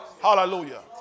Hallelujah